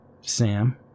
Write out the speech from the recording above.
Sam